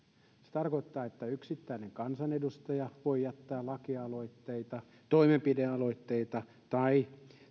tarkoittaa että yksittäinen kansanedustaja voi jättää lakialoitteita toimenpidealoitteita tai